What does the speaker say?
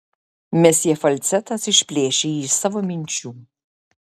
mesjė falcetas išplėšė jį iš savo minčių